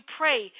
pray